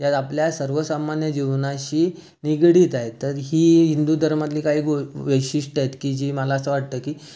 त्या आपल्या सर्व सामान्य जीवनाशी निगडीत आहेत तर ही हिंदू धर्मातली काही गो वैशिष्ठ्य आहेत की जी मला असं वाटतं की